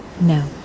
No